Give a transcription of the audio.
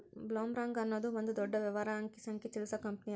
ಬ್ಲೊಮ್ರಾಂಗ್ ಅನ್ನೊದು ಒಂದ ದೊಡ್ಡ ವ್ಯವಹಾರದ ಅಂಕಿ ಸಂಖ್ಯೆ ತಿಳಿಸು ಕಂಪನಿಅದ